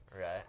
Right